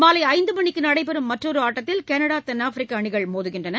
மாலை ஐந்து மணிக்கு நடைபெறும் மற்றொரு ஆட்டத்தில் கனடா தென்னாப்பிரிக்கா அணிகள் மோதுகின்றன